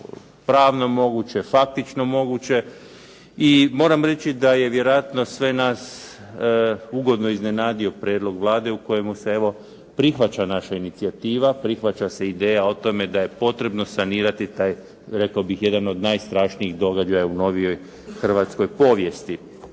pravno moguće, faktično moguće, i moram reći da je vjerojatno sve nas ugodno iznenadio prijedlog Vlade u kojemu se evo prihvaća naša inicijativa, prihvaća se ideja o tome da je potrebno sanirati taj, rekao bih, jedan od najstrašnijih događaja u novijoj hrvatskoj povijesti.